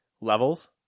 levels